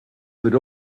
could